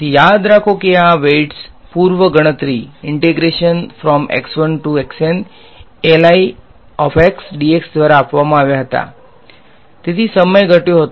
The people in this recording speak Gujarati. તેથી યાદ રાખો કે આ વેઈટ્સ પૂર્વ ગણતરી દ્વારા આપવામાં આવ્યા હતા તેથી સમય ઘટ્યો હતો